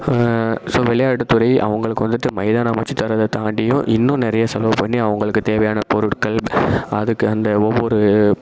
so விளையாட்டுத்துறை அவங்களுக்கு வந்துவிட்டு மைதானம் அமைச்சித்தரதை தாண்டியும் இன்னும் நிறைய செலவுப் பண்ணி அவங்களுக்கு தேவையான பொருட்கள் அதுக்கு அந்த ஒவ்வொரு